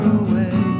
away